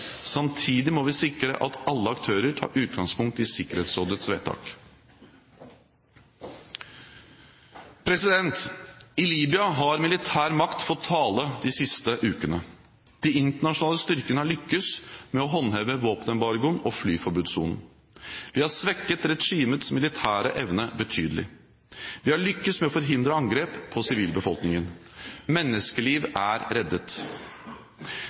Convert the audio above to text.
Samtidig må vi sikre at alle aktører tar utgangspunkt i Sikkerhetsrådets vedtak. I Libya har militær makt fått tale de siste ukene. De internasjonale styrkene har lyktes med å håndheve våpenembargoen og flyforbudssonen. Vi har svekket regimets militære evne betydelig. Vi har lyktes med å forhindre angrep på sivilbefolkningen. Menneskeliv er reddet.